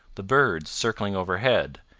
the birds circling overhead,